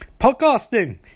podcasting